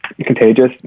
contagious